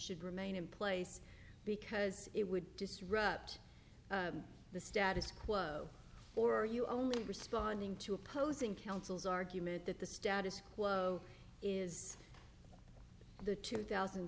should remain in place because it would disrupt the status quo or are you only responding to opposing counsel's argument that the status quo is the two thousand